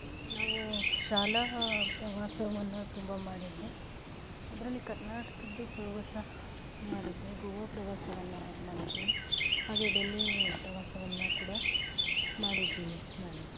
ನಾವು ಶಾಲಾ ಪ್ರವಾಸವನ್ನು ತುಂಬ ಮಾಡಿದ್ದೆ ಅದರಲ್ಲಿ ಕರ್ನಾಟಕದ್ದು ಪ್ರವಾಸ ಮಾಡಿದ್ದೆ ಗೋವಾ ಪ್ರವಾಸವನ್ನು ಮಾಡಿದ್ದೇನೆ ಹಾಗೆ ಡೆಲ್ಲಿ ಪ್ರವಾಸವನ್ನು ಕೂಡ ಮಾಡಿದ್ದೀನಿ ನಾನು